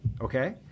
okay